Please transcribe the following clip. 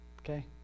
okay